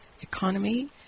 economy